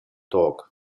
dog